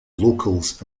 locals